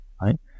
right